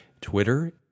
Twitter